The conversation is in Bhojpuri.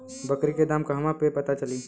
बकरी के दाम कहवा से पता चली?